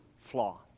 flaw